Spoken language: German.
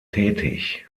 tätig